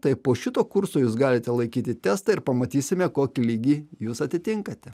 tai po šito kurso jūs galite laikyti testą ir pamatysime kokį lygį jūs atitinkate